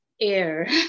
air